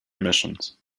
emissions